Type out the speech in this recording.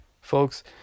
Folks